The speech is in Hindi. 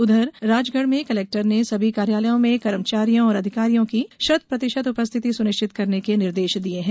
उधर राजगढ़ में कलेक्टर ने सभी कार्यालयों में कर्मचारियों और अधिकारियों की शत प्रतिशत उपस्थिति सुनिश्चित करने के निर्देश दिये हैं